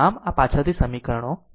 આમ આ પાછળથી સમીકરણો છે